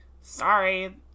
sorry